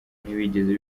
ntibigeze